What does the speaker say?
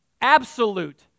absolute